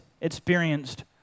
experienced